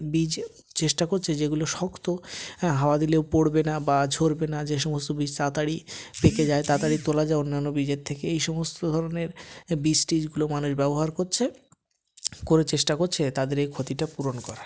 বীজ চেষ্টা করছে যেগুলো শক্ত হ্যাঁ হাওয়া দিলেও পড়বে না বা ঝরবে না যে সমস্ত বীজ তাড়াতাড়ি পেকে যায় তাড়াতাড়ি তোলা যায় অন্যান্য বীজের থেকে এই সমস্ত ধরনের বীজ টীজগুলো মানুষ ব্যবহার করছে করে চেষ্টা করছে তাদের এই ক্ষতিটা পূরণ করার